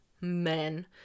men